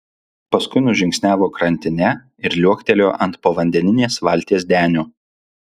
paskui nužingsniavo krantine ir liuoktelėjo ant povandeninės valties denio